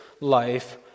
life